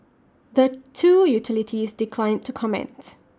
the two utilities declined to comment